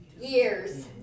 years